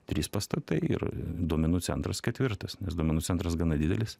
trys pastatai ir duomenų centras ketvirtas nes duomenų centras gana didelis